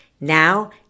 Now